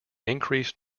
increased